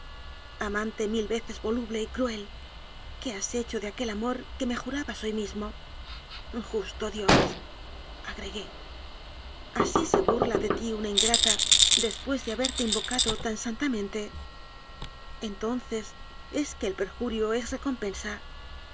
amante mil veces voluble y cruel qué has hecho de aquel amor que me ju rabas hoy mismo justo dios agregué así se burla de ti una ingrata después de haberte in vocado tan santamente entonces es que el per jurio se recompensa